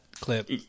clip